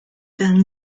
then